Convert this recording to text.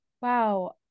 Wow